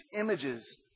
images